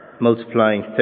multiplying